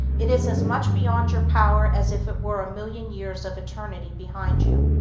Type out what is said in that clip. it is as much beyond your power as if it were a million years of eternity behind you.